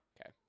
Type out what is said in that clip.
Okay